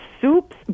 soups